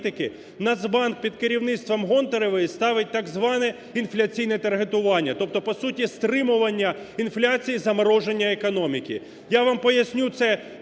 Нацбанк під керівництвом Гонтаревої ставить так зване інфляційне таргетування, тобто по суті стримування інфляції, замороження економіки.